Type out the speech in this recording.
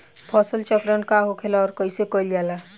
फसल चक्रण का होखेला और कईसे कईल जाला?